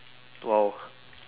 !wow!